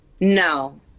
No